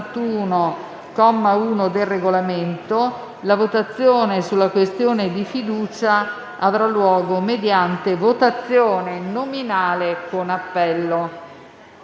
1, del Regolamento, la votazione sulla questione di fiducia avrà luogo mediante votazione nominale con appello.